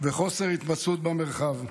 וחוסר התמצאות במרחב.